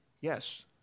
yes